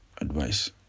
advice